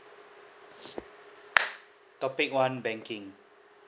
topic one banking